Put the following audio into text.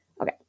Okay